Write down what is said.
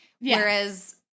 Whereas